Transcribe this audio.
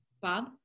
Bob